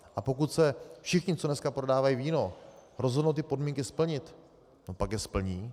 A pokud se všichni, co dneska prodávají víno, rozhodnou ty podmínky splnit, pak je splní.